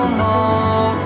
more